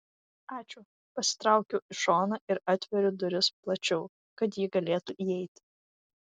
ačiū pasitraukiu į šoną ir atveriu duris plačiau kad ji galėtų įeiti